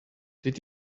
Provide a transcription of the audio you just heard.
did